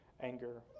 anger